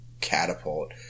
catapult